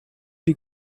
die